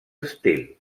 estil